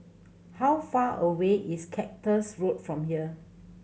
how far away is Cactus Road from here